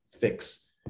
fix